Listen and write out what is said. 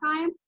time